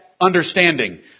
understanding